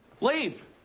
Leave